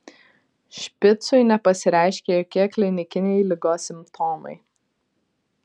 špicui nepasireiškė jokie klinikiniai ligos simptomai